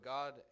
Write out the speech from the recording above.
God